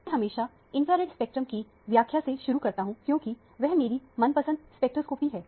मैं हमेशा infrared spectrum की व्याख्या से शुरू करता हूं क्योंकि वह मेरी मनपसंद स्पेक्ट्रोस्कोपी है